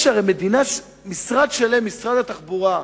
הרי יש משרד שלם, משרד התחבורה.